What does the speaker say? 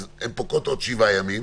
אז הן פוקעות בעוד שבעה ימים.